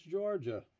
Georgia